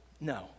No